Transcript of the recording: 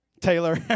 Taylor